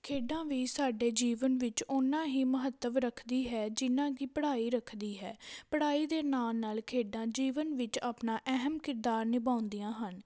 ਖੇਡਾਂ ਵੀ ਸਾਡੇ ਜੀਵਨ ਵਿੱਚ ਓਨਾ ਹੀ ਮਹੱਤਵ ਰੱਖਦੀ ਹੈ ਜਿੰਨਾ ਕਿ ਪੜ੍ਹਾਈ ਰੱਖਦੀ ਹੈ ਪੜ੍ਹਾਈ ਦੇ ਨਾਲ਼ ਨਾਲ਼ ਖੇਡਾਂ ਜੀਵਨ ਵਿੱਚ ਆਪਣਾ ਅਹਿਮ ਕਿਰਦਾਰ ਨਿਭਾਉਂਦੀਆਂ ਹਨ